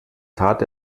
tat